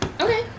okay